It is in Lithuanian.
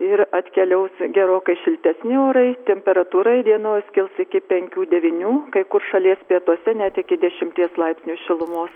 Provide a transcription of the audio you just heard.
ir atkeliaus gerokai šiltesni orai temperatūra įdienojus kils iki penkių devynių kai kur šalies pietuose net iki dešimties laipsnių šilumos